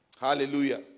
Hallelujah